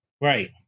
right